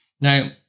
now